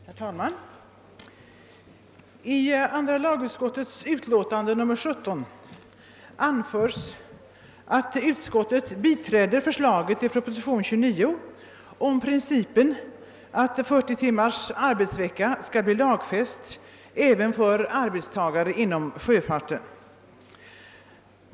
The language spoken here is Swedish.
Herr talman! I andra lagutskottets utlåtande nr 17 anförs att utskottet biträder förslaget i proposition nr 29 om principen att 40 timmars arbetsvecka skall bli lagfäst även för arbetstagare inom sjöfarten.